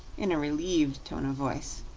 in a relieved tone of voice.